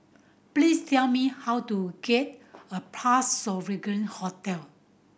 please tell me how to get a Parc Sovereign Hotel